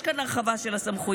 יש כאן הרחבה של הסמכויות,